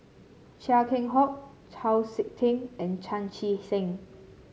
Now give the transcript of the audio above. Chia Keng Hock Chau SiK Ting and Chan Chee Seng